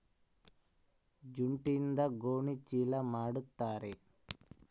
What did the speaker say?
ಜೂಟ್ಯಿಂದ ಗೋಣಿ ಚೀಲ ಮಾಡುತಾರೆ